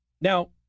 Now